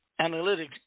analytics